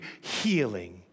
healing